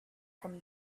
from